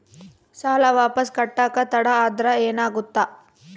ಸಾಲ ವಾಪಸ್ ಕಟ್ಟಕ ತಡ ಆದ್ರ ಏನಾಗುತ್ತ?